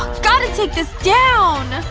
gotta take this down